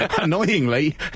annoyingly